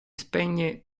spegne